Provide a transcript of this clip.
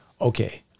okay